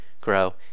grow